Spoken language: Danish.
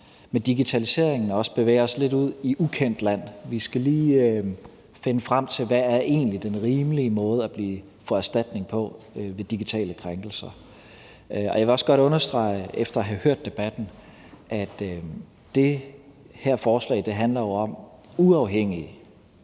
med digitaliseringen også bevæger os lidt ud i ukendt land. Vi skal lige finde frem til, hvad der egentlig er den rimelige måde at få erstatning på ved digitale krænkelser. Jeg vil efter at have hørt debatten også godt understrege, at det her forslag jo handler om uafhængige